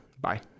bye